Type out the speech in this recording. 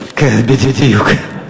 כן, בדיוק.